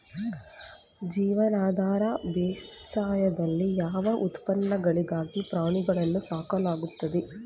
ಜೀವನಾಧಾರ ಬೇಸಾಯದಲ್ಲಿ ಯಾವ ಉತ್ಪನ್ನಗಳಿಗಾಗಿ ಪ್ರಾಣಿಗಳನ್ನು ಸಾಕಲಾಗುತ್ತದೆ?